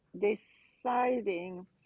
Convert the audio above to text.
deciding